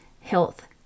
health